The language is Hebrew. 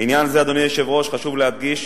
בעניין זה, אדוני היושב-ראש, חשוב להדגיש,